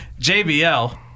JBL